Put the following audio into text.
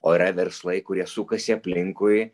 o yra verslai kurie sukasi aplinkui